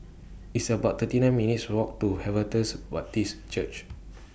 It's about thirty nine minutes' Walk to Harvester Baptist Church